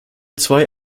zwei